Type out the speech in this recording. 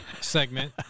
segment